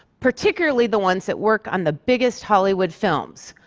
particularly the ones that work on the biggest hollywood films.